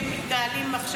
יש שיחות שהן מתנהלות עכשיו?